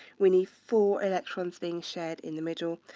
we need four electrons being shared in the middle.